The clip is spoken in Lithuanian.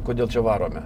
kodėl čia varome